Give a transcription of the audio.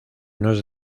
unos